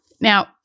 Now